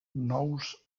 nous